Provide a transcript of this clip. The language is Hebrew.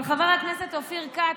חבר הכנסת אופיר כץ,